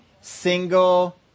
single